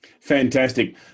Fantastic